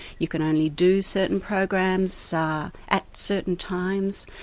you can only do certain programs at certain times.